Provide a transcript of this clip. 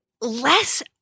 less